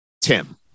Tim